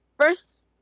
first